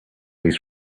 his